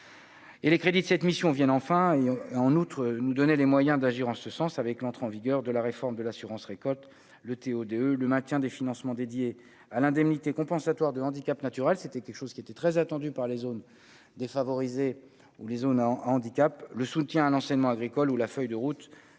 Et les crédits de cette mission viennent enfin il en outre nous donner les moyens d'agir en ce sens avec l'entrée en vigueur de la réforme de l'assurance-récolte le TO-DE le maintien des financements dédiés à l'indemnité compensatoire de handicaps naturels, c'était quelque chose qui était très attendue par les zones défavorisées ou les zones à handicap, le soutien à l'enseignement agricole ou la feuille de route